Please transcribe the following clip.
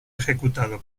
ejecutado